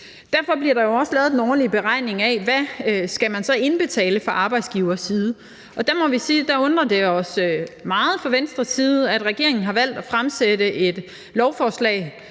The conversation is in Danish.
Derfor bliver der også lavet den årlige beregning af, hvad man så skal indbetale fra arbejdsgivers side. Der må vi sige, at det undrer os meget fra Venstres side, at regeringen har valgt at fremsætte et lovforslag,